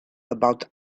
about